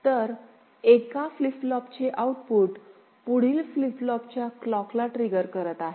तर एका फ्लिप फ्लॉपचे आउटपुट पुढील फ्लिप फ्लॉपच्या क्लॉकला ट्रिगर करत आहे